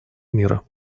мира